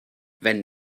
wenn